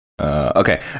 okay